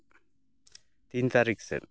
ᱛᱤᱱ ᱛᱟᱹᱨᱤᱠᱷ ᱥᱮᱫ